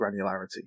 granularity